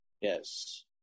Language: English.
Yes